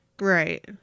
Right